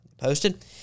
Posted